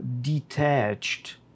detached